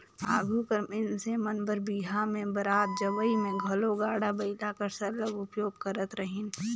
आघु कर मइनसे मन बर बिहा में बरात जवई में घलो गाड़ा बइला कर सरलग उपयोग करत रहिन